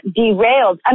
derailed